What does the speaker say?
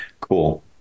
cool